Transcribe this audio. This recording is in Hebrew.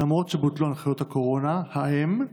למרות שבוטלו הנחיות הקורונה ההן?